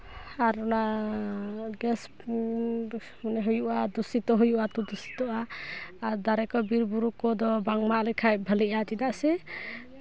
ᱟᱨ ᱚᱱᱟ ᱜᱮᱥ ᱠᱚ ᱦᱩᱭᱩᱜᱼᱟ ᱫᱩᱥᱤᱛᱚ ᱦᱩᱭᱩᱜᱼᱟ ᱟᱛᱳ ᱫᱩᱥᱤᱛᱚᱜᱼᱟ ᱟᱨ ᱫᱟᱨᱮ ᱠᱚ ᱵᱤᱨᱼᱵᱩᱨᱩ ᱠᱚᱫᱚ ᱵᱟᱝ ᱢᱟᱸᱜ ᱞᱮᱠᱷᱟᱡ ᱵᱷᱟᱞᱮᱜᱼᱟ ᱪᱮᱫᱟᱜ ᱥᱮ